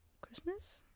Christmas